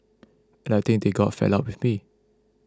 and I think they got fed up with me